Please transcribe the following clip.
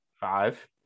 Five